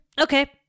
okay